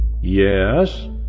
Yes